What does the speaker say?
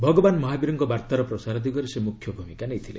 ଭଗବାନ୍ ମହାବୀରଙ୍କ ବାର୍ତ୍ତାର ପ୍ରସାର ଦିଗରେ ସେ ମୁଖ୍ୟ ଭୂମିକା ନେଇଥିଲେ